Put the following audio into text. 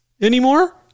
anymore